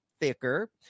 thicker